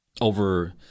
over